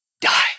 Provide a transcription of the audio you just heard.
Die